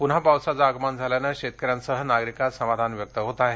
पुन्हा पावसाचे आगमन झाल्यामुळे शेतकऱ्यांसह नागरिकांत समाधान व्यक्त होत आहे